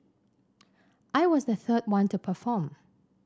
I was the third one to perform